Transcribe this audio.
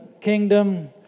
kingdom